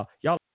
y'all